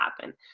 happen